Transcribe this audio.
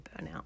burnout